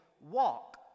walk